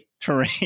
terrain